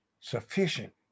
Sufficient